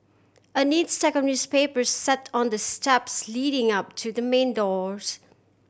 a neat stack newspapers sat on the steps leading up to the main doors